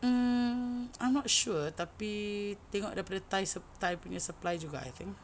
mm I'm not sure tapi tengok daripada Thai supp~ Thai punya supply juga I think